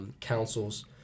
councils